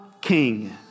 king